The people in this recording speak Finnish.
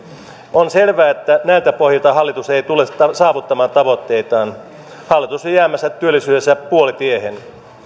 on selvä että näiltä pohjilta hallitus ei tule saavuttamaan tavoitteitaan hallitus on jäämässä työllisyydessä puolitiehen